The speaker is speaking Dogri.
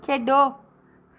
खेढो